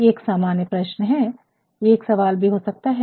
ये एक सामान्य प्रश्न है ये एक सवाल भी हो सकता है